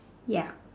ya